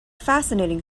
fascinating